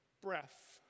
breath